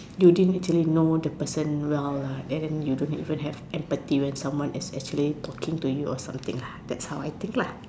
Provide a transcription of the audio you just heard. you didn't actually know the person well lah and then you don't even have empathy when someone is actually talking to you or something lah that's how I think lah